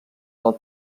del